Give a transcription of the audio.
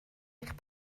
eich